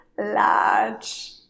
large